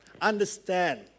understand